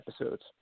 episodes